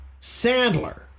Sandler